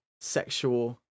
sexual